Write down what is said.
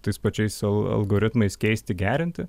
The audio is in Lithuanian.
tais pačiais al algoritmais keisti gerinti